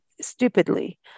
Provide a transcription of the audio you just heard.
stupidly